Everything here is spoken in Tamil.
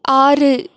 ஆறு